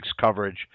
coverage